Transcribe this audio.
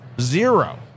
zero